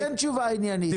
אבי, תן תשובה עניינית.